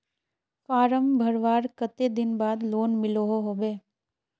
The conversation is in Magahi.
फारम भरवार कते दिन बाद लोन मिलोहो होबे?